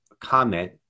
comment